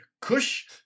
Kush